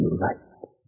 right